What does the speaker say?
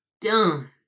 dumb